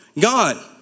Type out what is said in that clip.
God